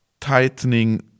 tightening